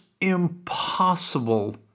impossible